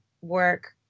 work